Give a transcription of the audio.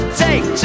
take